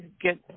get –